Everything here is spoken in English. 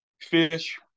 Fish